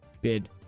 Bid